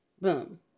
Boom